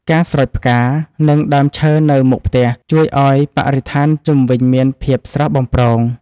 ការស្រោចផ្កា និងដើមឈើនៅមុខផ្ទះ ជួយឱ្យបរិស្ថានជុំវិញមានភាពស្រស់បំព្រង។